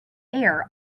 air